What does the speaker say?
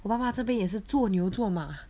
我妈妈这边也是做牛做马